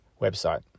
website